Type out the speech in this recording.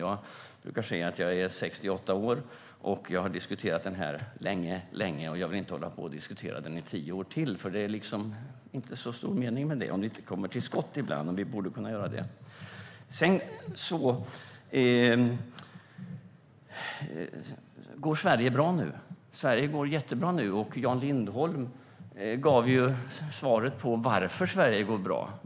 Jag brukar säga att jag är 68 år och har diskuterat den här frågan länge. Jag vill inte hålla på att diskutera den i tio år till. Det är inte så stor mening med det om man inte kommer till skott ibland. Vi borde kunna göra det. Sverige går jättebra nu. Jan Lindholm gav svaret på varför Sverige går bra.